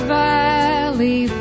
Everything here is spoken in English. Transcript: valley